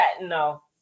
no